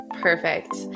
Perfect